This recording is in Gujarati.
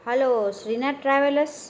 hello Shrinath travels